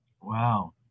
Wow